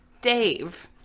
Dave